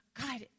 God